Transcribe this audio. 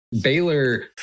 Baylor